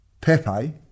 Pepe